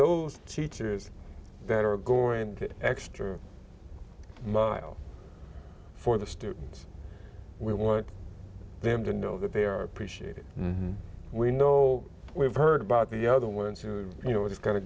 those teachers that are going to extra mile for the students we want them to know that they are appreciated we know we've heard about the other ones and you know just kind